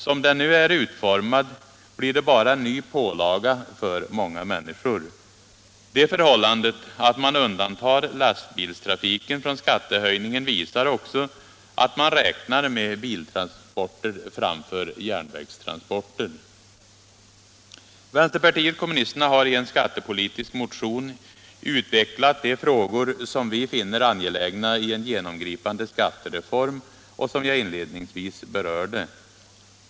Som den nu är utformad blir den bara en ny pålaga för många människor. Det förhållandet att man undantar lastbilstrafiken från skattehöjningar visar också att man räknar med biltransporter framför järnvägstransporter. Vänsterpartiet kommunisterna har i en skattepolitisk motion utvecklat de frågor som vi finner angelägna i en genomgripande skattereform och som jag inledningsvis berörde.